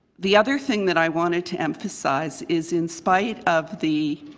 the other thing that i wanted to emphasize is in spite of the